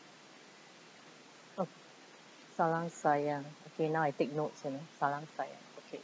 oh salang sayang okay now I take notes you know salang sayang okay